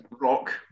rock